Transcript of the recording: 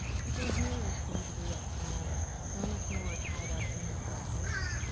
people here seem to be ah um so much more tied up in themselves.